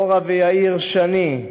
אורה ויאיר שני,